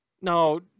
Now